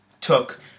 took